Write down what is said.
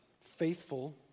faithful